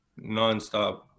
nonstop